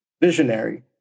Visionary